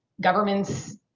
Governments